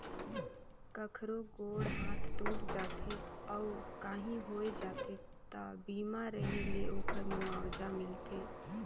कखरो गोड़ हाथ टूट जाथे अउ काही होय जाथे त बीमा रेहे ले ओखर मुआवजा मिलथे